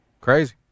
Crazy